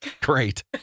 Great